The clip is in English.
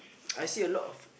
I see a lot of